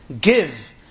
Give